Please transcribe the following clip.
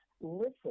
listen